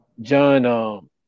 John